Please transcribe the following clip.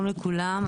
שלום לכולם.